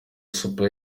super